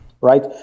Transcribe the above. right